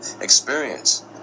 experience